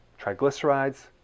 triglycerides